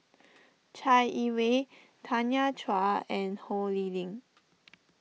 Chai Yee Wei Tanya Chua and Ho Lee Ling